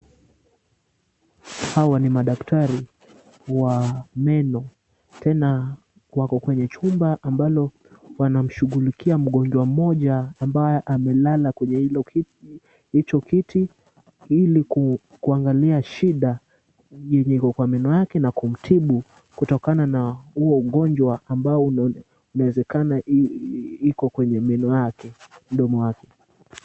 Hawa ni madaktari wa meno, tena wako kwenye chumba ambalo wanamshughulikia mgonjwa mmoja ambaye amelala kweye hicho kiti ili kuangalia shida iliyo kwa meno yake na kumtibu kutokana na huo ugonjwa ambao unawezekana uko kwa mdomo wake.